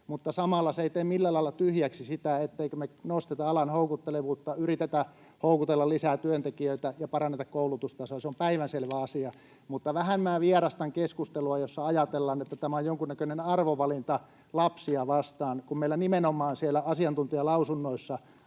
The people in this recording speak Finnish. mutta samalla se ei tee millä lailla tyhjäksi sitä, etteikö me nosteta alan houkuttelevuutta, yritetä houkutella lisää työntekijöitä ja paranneta koulutustasoa. Se on päivänselvä asia. Vähän vierastan keskustelua, jossa ajatellaan, että tämä on jonkunnäköinen arvovalinta lapsia vastaan. Kun meillä nimenomaan siellä asiantuntijalausunnoissa